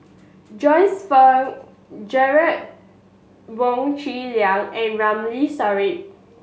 Joyce Fan Derek Wong Zi Liang and Ramli Sarip